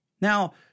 Now